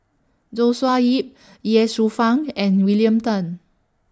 Joshua Ip Ye Shufang and William Tan